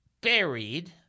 buried